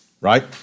right